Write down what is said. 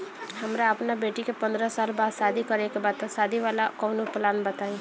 हमरा अपना बेटी के पंद्रह साल बाद शादी करे के बा त शादी वाला कऊनो प्लान बताई?